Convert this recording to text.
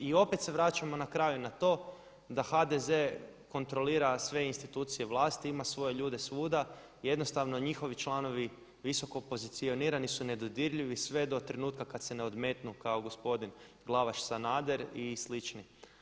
I opet se vraćamo na kraju na to da HDZ kontrolira sve institucije vlasti, ima svoje ljude svuda, jednostavno njihovi članovi visoko pozicionirani su nedodirljivi sve do trenutka kada se ne odmetnu kao gospodin Glavaš, Sanader i slični.